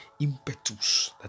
impetus